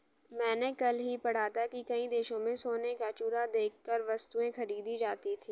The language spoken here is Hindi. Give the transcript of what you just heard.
मैंने कल ही पढ़ा था कि कई देशों में सोने का चूरा देकर वस्तुएं खरीदी जाती थी